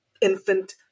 infant